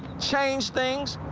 change things.